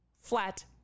flat